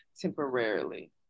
temporarily